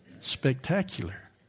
Spectacular